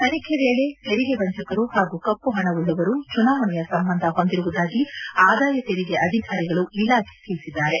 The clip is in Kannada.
ತನಿಖೆ ವೇಳೆ ತೆರಿಗೆ ವಂಚಕರು ಹಾಗೂ ಕಪ್ಪು ಹಣವುಳ್ಳವರು ಚುನಾವಣೆಯ ಸಂಬಂಧ ಹೊಂದಿರುವುದಾಗಿ ಆದಾಯ ತೆರಿಗೆ ಇಲಾಖೆ ಅಧಿಕಾರಿಗಳು ತಿಳಿಸಿದ್ದಾರೆ